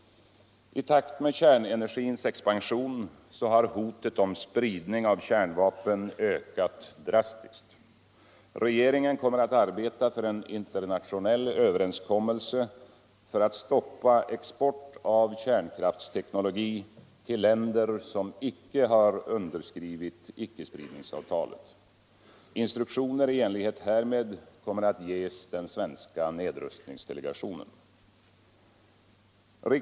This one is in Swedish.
I takt med kärnenergins expansion har hotet om spridning av kärnvapen ökat drastiskt. Regeringen kommer att arbeta för en internationell överenskommelse för alt stoppa export av kärnkraftsteknologi till länder som inte underskrivit icke-spridningsavtalet. Instruktioner i enlighet härmed kommer att ges den svenska nedrustningsdelegationen.